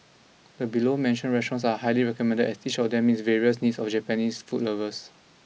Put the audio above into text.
the below mentioned restaurants are highly recommended as each of them meets various needs of Japanese food lovers